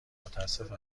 متاسفم